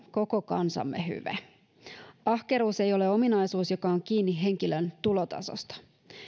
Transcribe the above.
koko kansamme hyve ahkeruus ei ole ominaisuus joka on kiinni henkilön tulotasosta